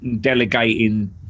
delegating